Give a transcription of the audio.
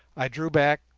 i drew back,